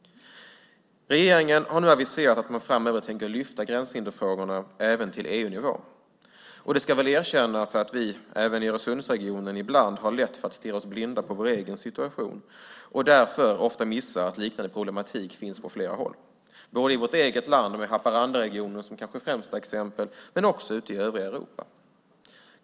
Regeringen har nu aviserat att man framöver tänker lyfta upp gränshindersfrågorna även till EU-nivå. Det ska väl erkännas att vi i Öresundsregionen ibland har lätt för att stirra oss blinda på vår egen situation och därför ofta missar att liknande problematik kan finnas på flera håll, både i vårt eget land, med Haparandaregionen som kanske det främsta exemplet, och också ute i övriga Europa.